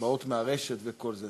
שהן באות מהרשת וכל זה,